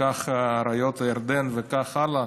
ואריות הירדן וכך הלאה,